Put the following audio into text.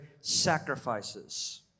sacrifices